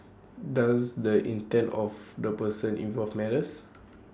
does the intent of the person involved matters